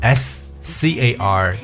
scar